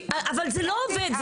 אבל זה לא עובד.